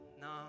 no